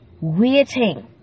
Waiting